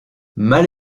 mal